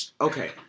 okay